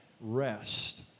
rest